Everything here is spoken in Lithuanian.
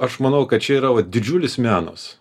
aš manau kad čia yra didžiulis menas